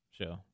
show